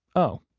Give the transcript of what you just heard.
oh,